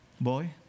Boy